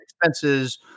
expenses